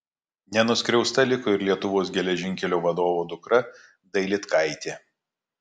nenuskriausta liko ir lietuvos geležinkelių vadovo dukra dailydkaitė